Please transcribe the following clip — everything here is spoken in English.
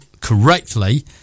correctly